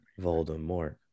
Voldemort